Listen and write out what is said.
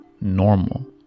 normal